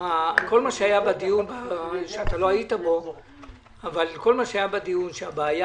הבעיה הגדולה שעלתה בדיון בשבוע שעבר זה